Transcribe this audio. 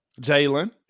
Jalen